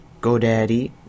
GoDaddy